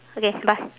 okay bye